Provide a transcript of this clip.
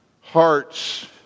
hearts